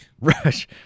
Rush